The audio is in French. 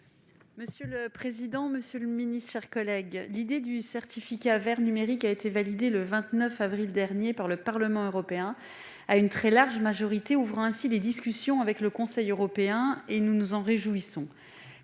Monsieur le président, monsieur le secrétaire d'État, mes chers collègues, l'idée du certificat vert numérique a été validée le 29 avril dernier par le Parlement européen à une très large majorité, ouvrant ainsi les discussions avec le Conseil européen. Nous nous en réjouissons.